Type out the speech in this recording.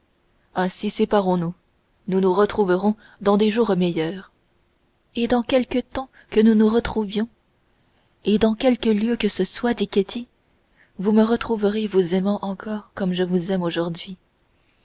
ainsi séparons-nous nous nous retrouverons dans des jours meilleurs et dans quelque temps que nous nous retrouvions et dans quelque lieu que ce soit dit ketty vous me retrouverez vous aimant encore comme je vous aime aujourd'hui